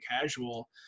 casual